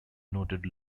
noted